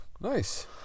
Nice